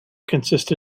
consists